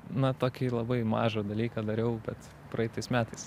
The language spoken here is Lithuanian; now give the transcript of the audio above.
na tokį labai mažą dalyką dariau bet praeitais metais